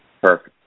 Perfect